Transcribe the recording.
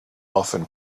often